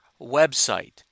website